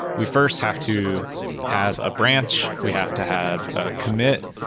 we first have to have a branch. we have to have a commit,